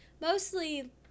mostly